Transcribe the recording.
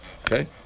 Okay